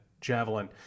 javelin